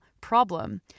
problem